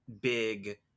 big